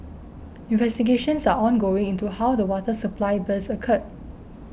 investigations are ongoing into how the water supply burst occurred